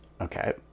Okay